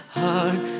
heart